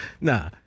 Nah